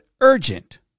urgent